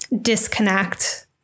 disconnect